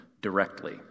directly